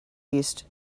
east